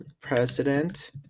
president